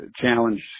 challenge